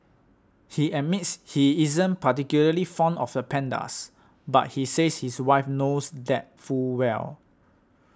he admits he isn't particularly fond of the pandas but says his wife knows that full well